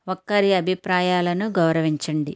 ఒకరి అభిప్రాయాలను గౌరవించండి